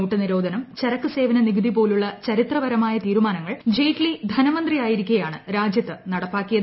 not നിരോധനം ചരക്ക് സേവന നികുതി പോലുള്ള ചരിത്രപരമായ തീരുമാനങ്ങൾ ജെയ്റ്റ്ലി ധനമന്ത്രി ആയിരിക്കെയാണ് രാജ്യത്ത് നടപ്പാക്കിയത്